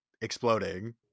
exploding